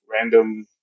random